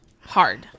hard